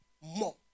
more